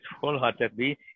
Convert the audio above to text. wholeheartedly